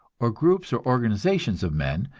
or groups or organizations of men,